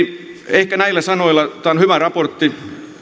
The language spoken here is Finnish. ehkä näillä sanoilla tämä on hyvä raportti